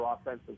offensive